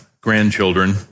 grandchildren